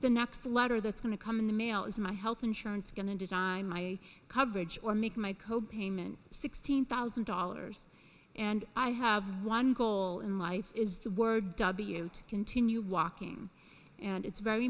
the next letter that's going to come in the mail is my health insurance going to deny my coverage or make my co payment sixteen thousand dollars and i have one goal in life is the word w o to continue walking and it's very